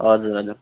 हजुर हजुर